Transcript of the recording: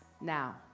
now